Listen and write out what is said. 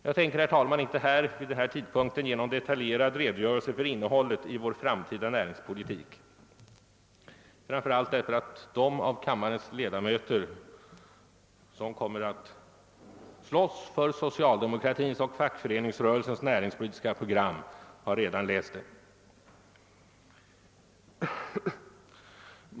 Jag tänker, herr talman, inte vid denna tidpunkt ge någon detaljerad redogörelse för innehållet i vår framtida näringspolitik, framför allt därför att de av kammarens ledamöter som kommer att slåss för socialdemokratins och fackföreningsrörelsens näringspolitiska program redan har läst det.